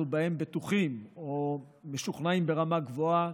אנחנו עוברים להצבעה.